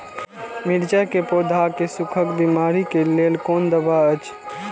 मिरचाई के पौधा के सुखक बिमारी के लेल कोन दवा अछि?